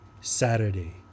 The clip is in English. Saturday